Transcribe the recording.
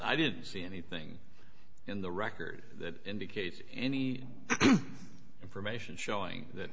i didn't see anything in the record that indicates any information showing that